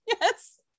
yes